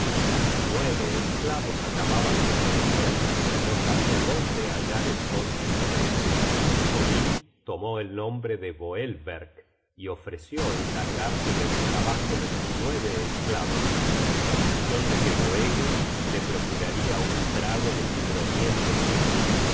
sus nueve esclavos acababan de perecer y no sabia dónde hallar entonces obreros odin tomó el nombre de boelverck y ofreció encargarse del trabajo de los nueve esclavos á condicion de que boege le procuraria un trago del hidromiel de